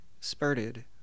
spurted